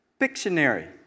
Pictionary